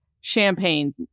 Champagne